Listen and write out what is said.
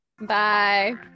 bye